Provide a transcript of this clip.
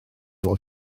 fod